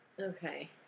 Okay